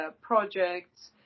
projects